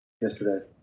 yesterday